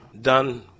done